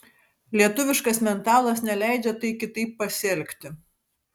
lietuviškas mentalas neleidžia tai kitaip pasielgti